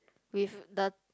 with the